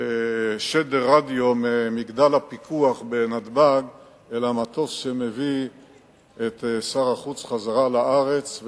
שדר רדיו ממגדל הפיקוח בנתב"ג אל המטוס שמביא את שר החוץ חזרה לארץ,